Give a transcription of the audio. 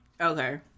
Okay